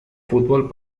fútbol